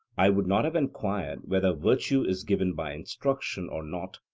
i would not have enquired whether virtue is given by instruction or not,